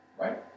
Right